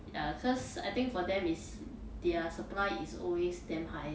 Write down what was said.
ya cause I think for them is their supply is always damn high